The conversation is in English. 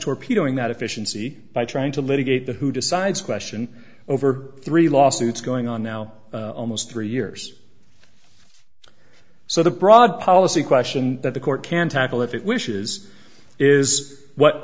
torpedoing that efficiency by trying to litigate the who decides question over three lawsuits going on now almost three years so the broad policy question that the court can tackle if it wishes is what